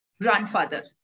grandfather